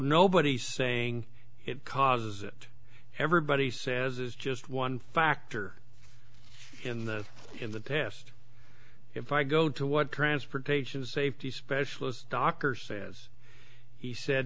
nobody saying it causes it everybody says is just one factor in the in the test if i go to what transportation safety specialist stocker says he said